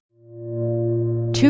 Two